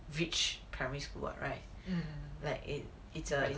rich primary school [what] right like it it's eh